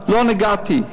לא נגעתי.